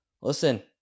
Listen